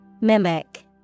Mimic